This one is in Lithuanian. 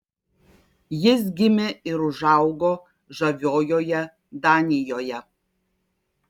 jis gimė ir užaugo žaviojoje danijoje